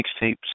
mixtapes